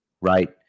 right